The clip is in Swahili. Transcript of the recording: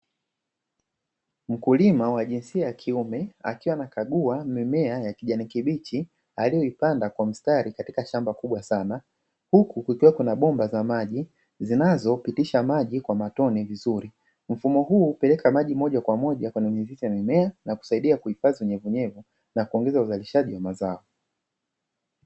Mkulima wa jinsia ya kiume akiwa anakagua mimea ya kijani kibichi aliyoipanda kwa mstari katika shamba kubwa sana, huku kukiwa kuna bomba za maji zinazopitisha maji kwa matone vizuri. Mfumo huu hupeleka maji moja kwa moja kwenye vita mimea na kusaidia kuhifadhi unyevunyevu na kuongeza uzalishaji wa mazao.